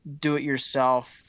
do-it-yourself